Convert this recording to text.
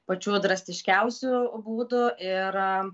pačių drastiškiausių būdu ir